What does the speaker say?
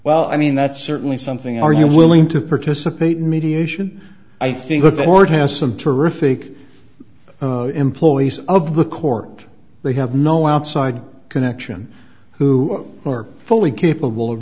well i mean that's certainly something are you willing to participate in mediation i think that the lord has some terrific employees of the court they have no outside connection who are fully capable of